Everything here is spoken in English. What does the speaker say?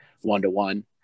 one-to-one